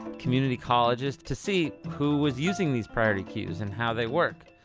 community colleges to see who was using these priority queues, and how they work.